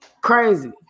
crazy